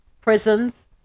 prisons